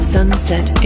Sunset